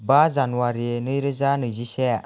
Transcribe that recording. बा जानुवारि नैरोजा नैजिसे